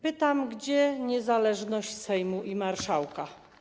Pytam, gdzie niezależność Sejmu i marszałka.